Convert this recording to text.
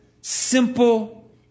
simple